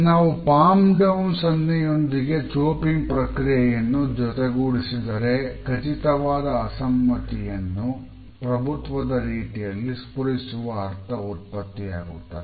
ನಾವು palm down ಸನ್ನೆಯೊಂದಿಗೆ chopping ಕ್ರಿಯೆಯನ್ನು ಜೊತೆಗೂಡಿಸಿದರೆ ಖಚಿತವಾದ ಅಸಮ್ಮತಿಯನ್ನು ಪ್ರಭುತ್ವದ ರೀತಿಯಲ್ಲಿ ಸ್ಪುರಿಸುವ ಅರ್ಥ ಉತ್ಪತ್ತಿಯಾಗುತ್ತದೆ